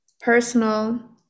personal